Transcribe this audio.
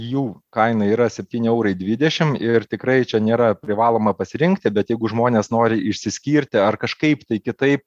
jų kaina yra septyni eurai dvidešim ir tikrai čia nėra privaloma pasirinkti bet jeigu žmonės nori išsiskirti ar kažkaip tai kitaip